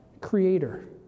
creator